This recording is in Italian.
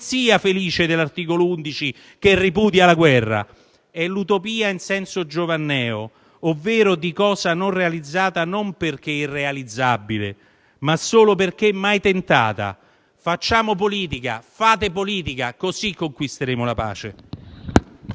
felice dell'articolo 11 che ripudia la guerra. È l'utopia in senso giovanneo, ovvero di cosa non realizzata non perché irrealizzabile, ma solo perché mai tentata. Facciamo politica, fate politica: così conquisteremo la pace!